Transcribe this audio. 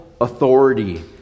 authority